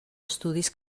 estudis